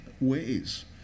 ways